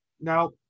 now